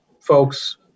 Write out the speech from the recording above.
folks